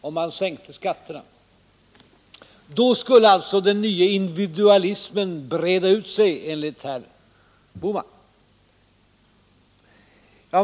Om man sänkte skatterna skulle den nya individualismen breda ut sig, enligt herr Bohman.